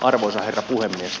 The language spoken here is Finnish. arvoisa herra puhemies